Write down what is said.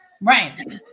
Right